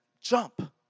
jump